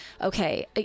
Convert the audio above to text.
okay